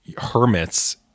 hermits